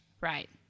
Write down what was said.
Right